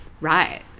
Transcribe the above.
Right